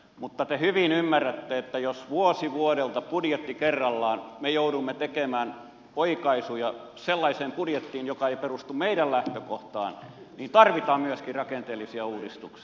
mutta te hyvin ymmärrätte että jos vuosi vuodelta budjetti kerrallaan me joudumme tekemään oikaisuja sellaiseen budjettiin joka ei perustu meidän lähtökohtiimme niin tarvitaan myöskin rakenteellisia uudistuksia